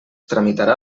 tramitarà